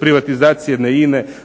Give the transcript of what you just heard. privatizacije jedne